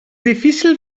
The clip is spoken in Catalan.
difícil